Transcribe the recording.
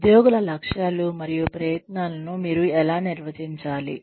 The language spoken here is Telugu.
ఉద్యోగుల లక్ష్యాలు మరియు ప్రయత్నాలను మీరు ఎలా నిర్వచించాలి